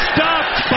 Stopped